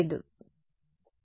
లేదు సరే